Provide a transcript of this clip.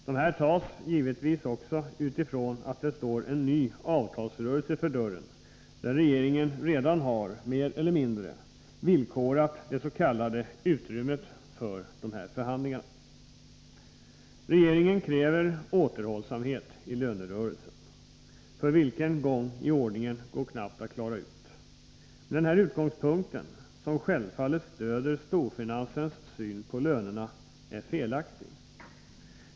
Dessa tas givetvis också därför att det står en ny avtalsrörelse för dörren, där regeringen redan mer eller mindre har villkorat det s.k. utrymmet för dessa förhandlingar. Regeringen kräver återhållsamhet i lönerörelsen. För vilken gång i ordningen går knappt att klara ut. Denna utgångspunkt, som självfallet stöder storfinansens syn på lönerna, är felaktig.